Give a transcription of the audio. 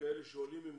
הוא לא יכול.